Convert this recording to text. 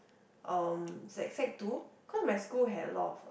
um sec sec two cause my school had a lot of uh